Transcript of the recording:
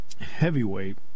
heavyweight